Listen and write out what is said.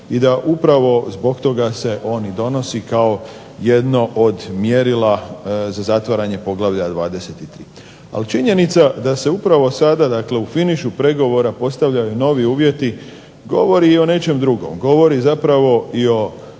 i da upravo se on donosi kao jedno od mjerila za zatvaranje poglavlja 23. ali činjenica da se upravo sada u finišu pregovora postavljaju novi uvjeti, govori i o nečem drugom. Govori o očitoj